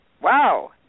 Wow